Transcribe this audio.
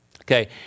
Okay